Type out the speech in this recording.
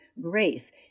grace